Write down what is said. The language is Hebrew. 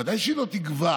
ובוודאי שהיא לא תגווע